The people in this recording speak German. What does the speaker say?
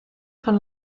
von